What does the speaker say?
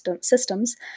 systems